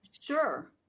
Sure